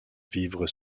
vivre